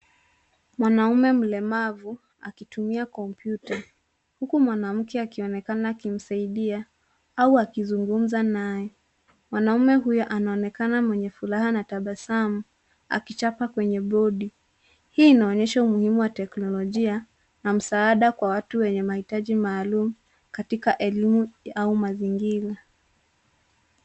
Mwanaume mlemavu akitumia kompyuta huku mwanamke akionekana kumsaidia au akizungumza naye. Mwanume huyu anaonekana mwenye furaha na tabasamu akichapa kwenye bodi. Hii inaonyesha umuhimu wa teknolojia na msaada kwa watu wenye mahitaji maalum katika elimu au mazingira.